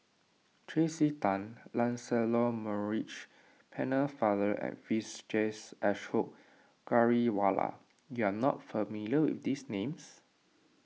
Tracey Tan Lancelot Maurice Pennefather and Vijesh Ashok Ghariwala you are not familiar with these names